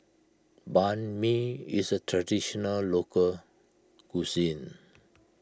Banh Mi is a Traditional Local Cuisine